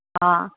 हा